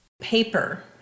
Paper